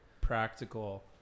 practical